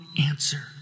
answer